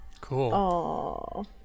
Cool